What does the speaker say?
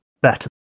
better